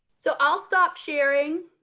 so i'll stop sharing